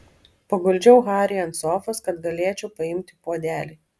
paguldžiau harį ant sofos kad galėčiau paimti puodelį